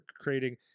creating